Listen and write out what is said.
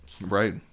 Right